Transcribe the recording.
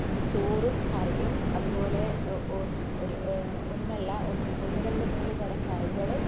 ചോറും കറിയും അതുപോലെ ഒന്നല്ല ഒര് ഒന്ന് രണ്ട് മൂന്ന് തരം കറികളും